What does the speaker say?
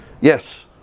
Yes